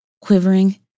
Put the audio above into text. Quivering